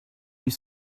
huit